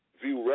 view